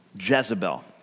Jezebel